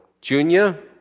Junior